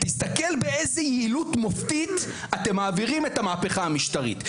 באיזו יעילות מופתית אתם מעבירים את המהפכה המשטרית,